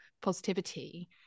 positivity